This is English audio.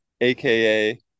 aka